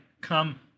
come